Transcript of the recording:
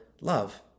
love